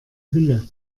hülle